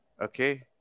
Okay